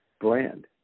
brand